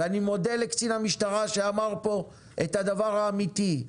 אני מודה לקצין המשטרה שאמר פה את הדבר האמיתי,